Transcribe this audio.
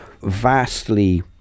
vastly